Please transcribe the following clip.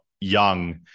young